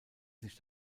sich